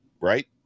right